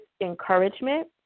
encouragement